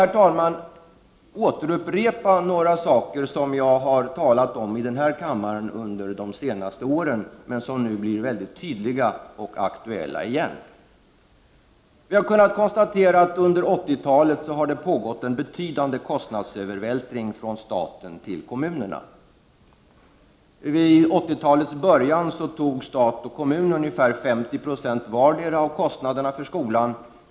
Jag vill återupprepa några saker som jag har tagit upp i denna kammare under de senaste åren men som nu återigen blir mycket tydliga och aktuella. Vi har kunnat konstatera att det under 80-talet har varit en betydande kostnadsövervältring, från staten till kommunerna. I början av 80-talet bar stat och kommun ungefär 50 20 vardera av kostnaderna för skolan.